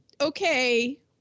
okay